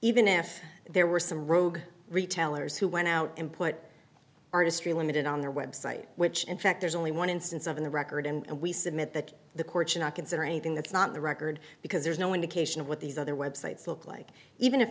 even if there were some rogue retailers who went out and put artistry ltd on their website which in fact there's only one instance of the record and we submit that the courts are not consider anything that's not the record because there's no indication of what these other websites look like even if